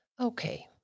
Okay